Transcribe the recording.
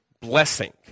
Blessing